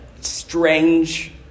strange